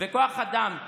וכוח אדם.